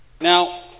Now